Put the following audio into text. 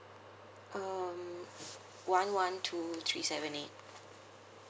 um one one two three seven eight